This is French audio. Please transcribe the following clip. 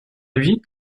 lui